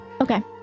Okay